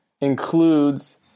includes